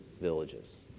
villages